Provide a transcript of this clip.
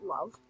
love